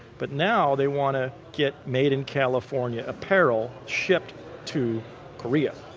but now they want to get made-in-california apparel shipped to korea.